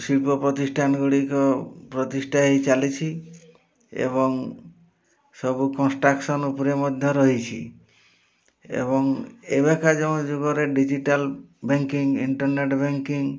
ଶିଳ୍ପ ପ୍ରତିଷ୍ଠାନ ଗୁଡ଼ିକ ପ୍ରତିଷ୍ଠା ହେଇ ଚାଲିଛି ଏବଂ ସବୁ କନ୍ଷ୍ଟ୍ରକ୍ସନ୍ ଉପରେ ମଧ୍ୟ ରହିଛି ଏବଂ ଏବେକା ଯେଉଁ ଯୁଗରେ ଡିଜିଟାଲ୍ ବ୍ୟାଙ୍କିଙ୍ଗ୍ ଇଣ୍ଟର୍ନେଟ୍ ବ୍ୟାଙ୍କିଙ୍ଗ୍